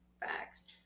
facts